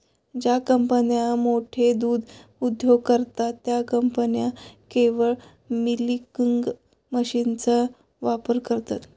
ज्या कंपन्या मोठे दूध उद्योग करतात, त्या कंपन्या केवळ मिल्किंग मशीनचा वापर करतात